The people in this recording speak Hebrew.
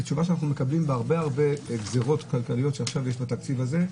היא תשובה שאנחנו מקבלים בהרבה מאוד גזירות כלכליות שיש בתקציב הזה.